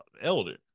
elder